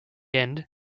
end